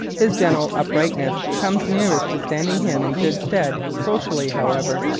his general uprightness comes nearest to standing him in good stead socially, however.